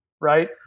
Right